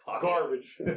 garbage